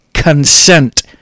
Consent